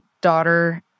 daughter